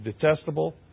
detestable